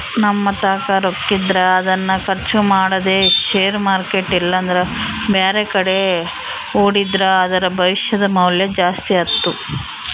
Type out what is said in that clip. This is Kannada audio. ನಮ್ಮತಾಕ ರೊಕ್ಕಿದ್ರ ಅದನ್ನು ಖರ್ಚು ಮಾಡದೆ ಷೇರು ಮಾರ್ಕೆಟ್ ಇಲ್ಲಂದ್ರ ಬ್ಯಾರೆಕಡೆ ಹೂಡಿದ್ರ ಅದರ ಭವಿಷ್ಯದ ಮೌಲ್ಯ ಜಾಸ್ತಿ ಆತ್ತು